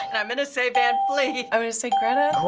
and i'm gonna say van fleet. i'm gonna say greta.